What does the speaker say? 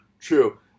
True